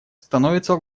становятся